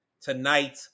tonight